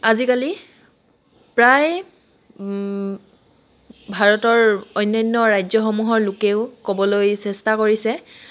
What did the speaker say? আজিকালি প্ৰায় ভাৰতৰ অন্যান্য ৰাজ্যসমূহৰ লোকেও ক'বলৈ চেষ্টা কৰিছে